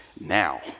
now